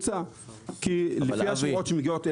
כי לפי השמועות שמגיעות אלינו,